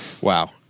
Wow